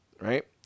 right